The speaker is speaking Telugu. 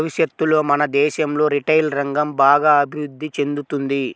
భవిష్యత్తులో మన దేశంలో రిటైల్ రంగం బాగా అభిరుద్ధి చెందుతుంది